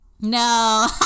No